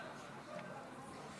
והרווחה.